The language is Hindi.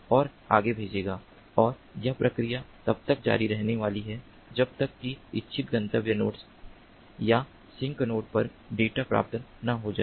और आगे भेजेगा और यह प्रक्रिया तब तक जारी रहने वाली है जब तक कि इच्छित गंतव्य नोड्स या सिंक नोड पर डेटा प्राप्त न हो जाए